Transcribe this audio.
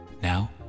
Now